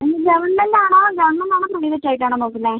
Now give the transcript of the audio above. ഇത് ഗവൺമെന്റ് ആണോ ഗവൺമെന്റ് ആണോ പ്രൈവറ്റ് ആയിട്ടാണോ നോക്കുന്നത്